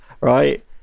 right